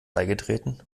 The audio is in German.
beigetreten